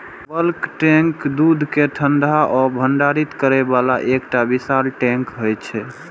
bulk tank दूध कें ठंडा आ भंडारित करै बला एकटा विशाल टैंक होइ छै